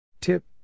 Tip